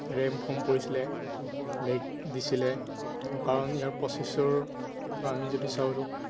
RAM কম পৰিছিলে lag দিছিলে কাৰণ ইয়াৰ প্ৰচেচৰটো আমি যদি চাওঁ